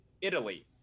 Italy